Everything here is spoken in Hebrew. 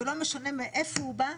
ולא משנה מאיפה הוא בא.